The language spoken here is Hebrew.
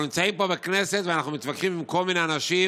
אנחנו נמצאים פה בכנסת ואנחנו מתווכחים עם כל מיני אנשים,